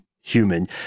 human